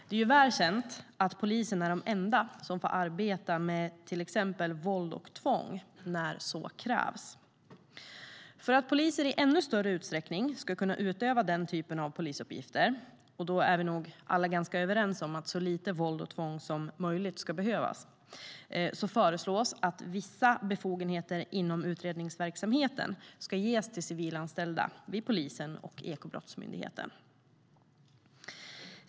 Det är väl känt att poliser är de enda som får arbeta med till exempel våld och tvång när så krävs. För att poliser i ännu större utsträckning ska kunna utöva den typen av polisuppgifter - vi är nog alla ganska överens om att så lite våld och tvång som möjligt ska behövas - föreslås att vissa befogenheter inom utredningsverksamheten ska ges till civilanställda vid polisen och Ekobrottsmyndigheten.